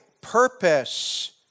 purpose